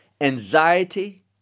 anxiety